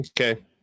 Okay